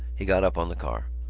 he got up on the car.